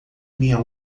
minha